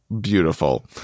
beautiful